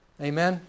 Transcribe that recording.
Amen